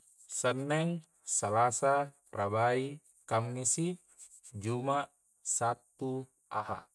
Sanneng salasa rabai kammisi juma' sabtu ahad